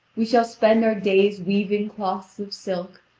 we shall spend our days weaving cloths of silk,